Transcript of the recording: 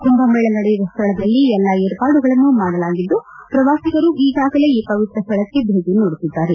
ಕುಂಭಮೇಳ ನಡೆಯುವ ಸ್ವಳದಲ್ಲಿ ಎಲ್ಲಾ ಏರ್ಪಾಡುಗಳನ್ನು ಮಾಡಲಾಗಿದ್ದು ಪ್ರವಾಸಿಗರು ಈಗಾಗಲೇ ಈ ಪವಿತ್ರ ಸ್ವಳಕ್ಕೆ ಭೇಟಿ ನೀಡುತ್ತಿದ್ದಾರೆ